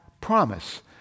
promise